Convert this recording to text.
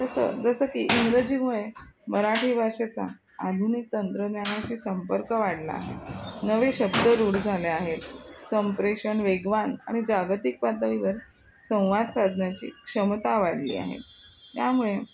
तसं जसं की इंग्रजीमुळे मराठी भाषेचा आधुनिक तंत्रज्ञानाशी संपर्क वाढला आहे नवे शब्द रूढ झाले आहेत संप्रेषण वेगवान आणि जागतिक पातळीवर संवाद साधण्याची क्षमता वाढली आहे त्यामुळे